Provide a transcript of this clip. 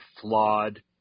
flawed